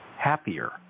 happier